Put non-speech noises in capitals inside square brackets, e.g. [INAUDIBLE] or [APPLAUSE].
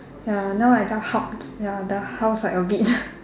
ya now I the hok~ ya the house like a bit [LAUGHS]